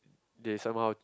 they somehow